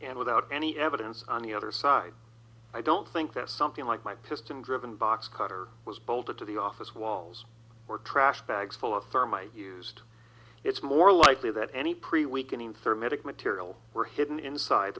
and without any evidence on the other side i don't think that something like my piston driven box cutter was bolted to the office walls or trash bags full of thermite used it's more likely that any pretty weak and third medic material were hidden inside